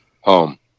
Home